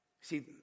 See